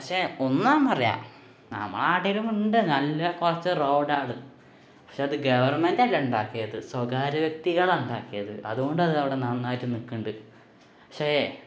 പക്ഷേ ഒന്നാന്നറിയാം നമ്മുടെ നാട്ടിലുമുണ്ട് നല്ല കുറച്ച് റോഡ് അത് പക്ഷേ ഗവണ്മെൻറ്റല്ല ഉണ്ടാക്കിയത് സ്വകാര്യ വ്യക്തികളാണ് ഉണ്ടാക്കിയത് അതുകൊണ്ടവിടെ നന്നായിട്ട് നില്ക്കുന്നുണ്ട് പക്ഷേ